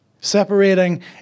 separating